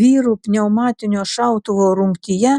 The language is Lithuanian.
vyrų pneumatinio šautuvo rungtyje